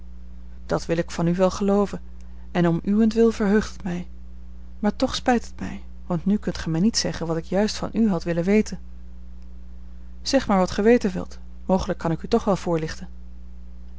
dat wil ik van u wel gelooven en om uwentwil verheugt het mij maar toch spijt het mij want nu kunt gij mij niet zeggen wat ik juist van u had willen weten zeg maar wat gij weten wilt mogelijk kan ik u toch wel voorlichten